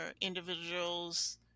individuals